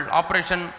operation